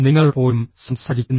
നിങ്ങൾ പോലും സംസാരിക്കുന്നു